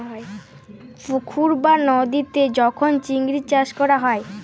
পুকুর বা লদীতে যখল চিংড়ি চাষ ক্যরা হ্যয়